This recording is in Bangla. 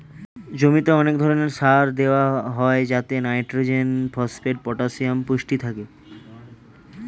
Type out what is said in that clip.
জমিতে অনেক ধরণের সার দেওয়া হয় যাতে নাইট্রোজেন, ফসফেট, পটাসিয়াম পুষ্টি থাকে